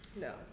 No